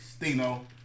Stino